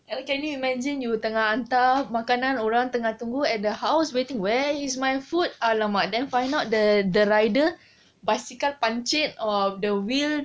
and we can you imagine you tengah hantar makanan orang tengah tunggu at the house waiting where is my food !alamak! then find out the the rider bicycle pancit or the wheel